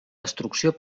destrucció